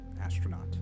astronaut